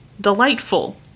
Delightful